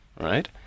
Right